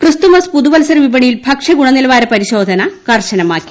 Christmas പുതുവത്സര വിപണിയിൽ ഭക്ഷ്യ ഗുണ്ണ നിലവാര പരിശോധന കർശനമാക്കി